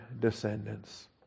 descendants